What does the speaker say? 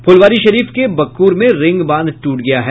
फुलवारी शरीफ के बक्कुर में रिंगबांध टूट गया है